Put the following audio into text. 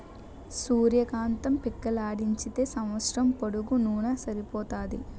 సూర్య కాంతం పిక్కలాడించితే సంవస్సరం పొడుగునూన సరిపోతాది